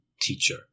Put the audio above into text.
teacher